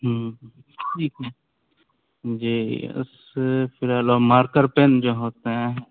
ٹھیک ہے جی اس فی الحال وہ مارکر پین جو ہوتے ہیں